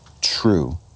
true